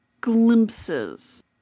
glimpses